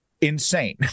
insane